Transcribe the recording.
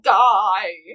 die